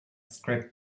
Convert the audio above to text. scripts